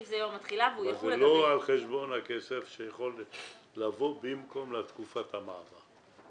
אבל זה לא על חשבון הכסף שיכול לבוא במקום לתקופת המעבר.